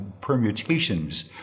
permutations